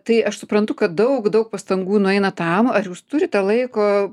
tai aš suprantu kad daug daug pastangų nueina tam ar jūs turite laiko